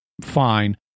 fine